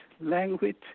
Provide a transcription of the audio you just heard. language